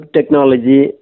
Technology